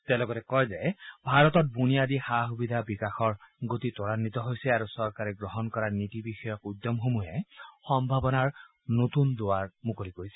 তেওঁ লগতে কয় যে ভাৰতত বুনিয়াদী সা সুবিধা বিকাশৰ গতি ত্বৰান্নিত হৈছে আৰু চৰকাৰে গ্ৰহণ কৰা নীতি বিষয়ক উদ্যমসমূহে সম্ভাৱনাৰ নতুন দুৱাৰ মুকলি কৰিছে